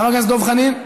חבר הכנסת דב חנין,